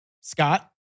Scott